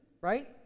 right